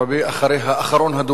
אחריה, אחרון הדוברים,